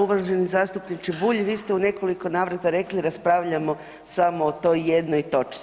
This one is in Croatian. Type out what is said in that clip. Uvaženi zastupniče Bulj, vi ste u nekoliko navrata rekli, raspravljamo samo o toj jednoj točci.